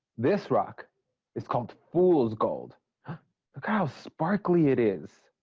this rock is called fool's gold. look how sparkly it is.